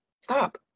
stop